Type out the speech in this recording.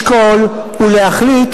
לשקול ולהחליט,